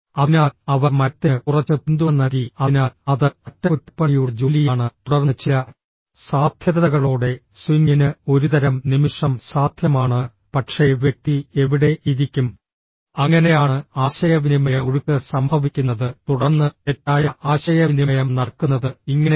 അതിനാൽ അവർ മരത്തിന് കുറച്ച് പിന്തുണ നൽകി അതിനാൽ അത് അറ്റകുറ്റപ്പണിയുടെ ജോലിയാണ് തുടർന്ന് ചില സാധ്യതകളോടെ സ്വിങ്ങിന് ഒരുതരം നിമിഷം സാധ്യമാണ് പക്ഷേ വ്യക്തി എവിടെ ഇരിക്കും അങ്ങനെയാണ് ആശയവിനിമയ ഒഴുക്ക് സംഭവിക്കുന്നത് തുടർന്ന് തെറ്റായ ആശയവിനിമയം നടക്കുന്നത് ഇങ്ങനെയാണ്